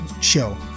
show